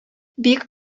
бик